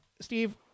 Steve